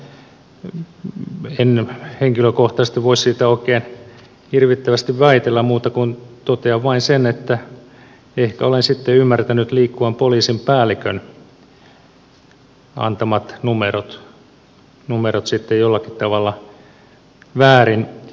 en henkilökohtaisesti voi siitä oikein hirvittävästi väitellä muuta kuin totean vain sen että ehkä olen sitten ymmärtänyt liikkuvan poliisin päällikön antamat numerot jollakin tavalla väärin